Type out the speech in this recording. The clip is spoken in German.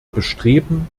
bestreben